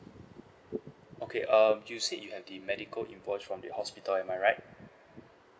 okay um you said you have the medical invoice from the hospital am I right